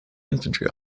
infantry